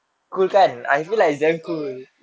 oh that's a good a'ah seh cool